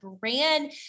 brand